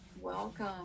welcome